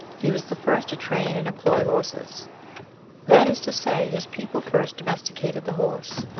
he was the first to train and employ horses that is to say, his people first domesticated the horse.